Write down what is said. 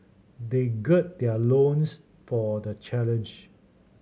they gird their loins for the challenge